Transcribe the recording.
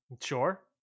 Sure